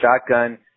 shotgun